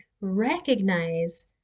recognize